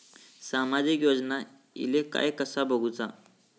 सामाजिक योजना इले काय कसा बघुचा?